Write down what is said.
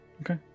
Okay